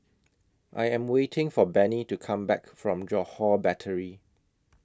I Am waiting For Bennie to Come Back from Johore Battery